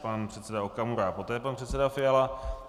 Pan předseda Okamura a poté pan předseda Fiala.